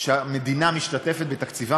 שהמדינה משתתפת בתקציבן,